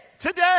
today